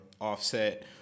Offset